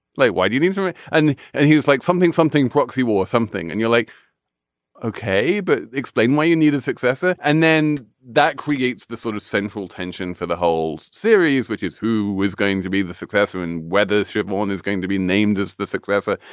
like why do you need to it. and and he was like something something proxy war or something and you're like ok but explain why you need a successor. and then that creates the sort of central tension for the whole series which is who was going to be the successor and whether shipman is going to be named as the successor.